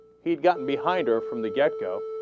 he'd gotten behind her from the get go